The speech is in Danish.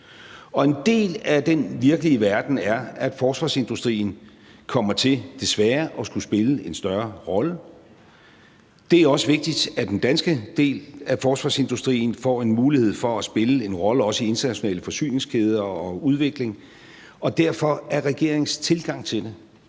en del af den virkelige verden er, at forsvarsindustrien desværre kommer til at skulle spille en større rolle. Det er også vigtigt, at den danske del af forsvarsindustrien får en mulighed for at spille en rolle også i udviklingen af internationale forsyningskæder, og derfor er regeringens tilgang til det,